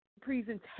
presentation